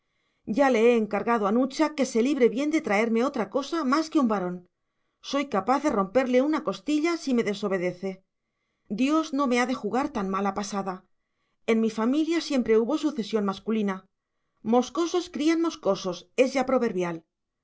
ya le he encargado a nucha que se libre bien de traerme otra cosa más que un varón soy capaz de romperle una costilla si me desobedece dios no me ha de jugar tan mala pasada en mi familia siempre hubo sucesión masculina moscosos crían moscosos es ya proverbial